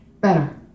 Better